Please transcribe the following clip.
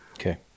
Okay